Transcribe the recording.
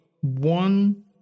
One